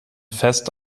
fest